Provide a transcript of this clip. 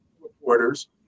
reporters